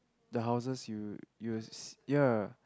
the houses you you ya